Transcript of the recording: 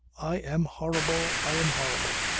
i am horrible, i am horrible.